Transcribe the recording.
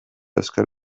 euskal